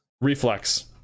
Reflex